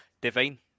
Divine